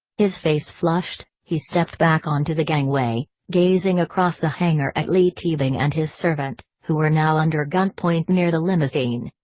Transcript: his face flushed, he stepped back onto the gangway, gazing across the hangar at leigh teabing and his servant, who were now under gunpoint near the limousine.